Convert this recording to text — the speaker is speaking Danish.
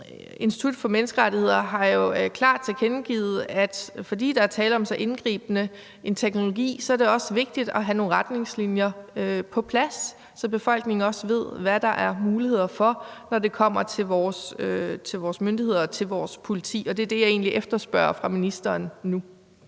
Institut for Menneskerettigheder har klart tilkendegivet, at fordi der er tale om så indgribende en teknologi, er det også vigtigt at have nogle retningslinjer på plads, så befolkningen ved, hvad der er mulighed for, når det kommer til vores myndigheder og vores politi. Det er af det, jeg egentlig efterspørger fra ministeren nu.